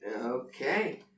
Okay